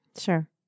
Sure